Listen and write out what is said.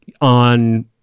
on